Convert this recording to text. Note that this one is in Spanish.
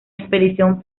expedición